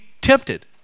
tempted